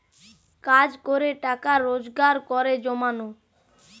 কাজ করে টাকা রোজগার করে জমানো